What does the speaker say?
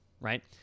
right